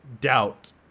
doubt